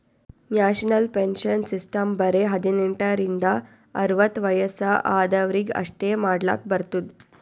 national pension system ಬರೆ ಹದಿನೆಂಟ ರಿಂದ ಅರ್ವತ್ ವಯಸ್ಸ ಆದ್ವರಿಗ್ ಅಷ್ಟೇ ಮಾಡ್ಲಕ್ ಬರ್ತುದ್